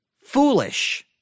foolish